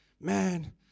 man